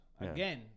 again